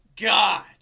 God